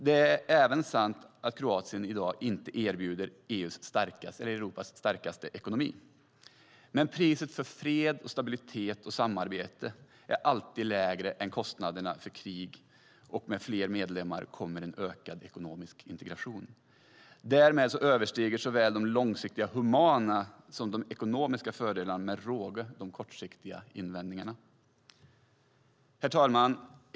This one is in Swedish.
Det är även sant att Kroatien i dag inte erbjuder Europas starkaste ekonomi. Men priset för fred, stabilitet och samarbete är alltid lägre än kostnaderna för krig, och med fler medlemmar kommer en ökad ekonomisk integration. Därmed överstiger såväl de långsiktiga humana som de ekonomiska fördelarna med råge de kortsiktiga invändningarna. Herr talman!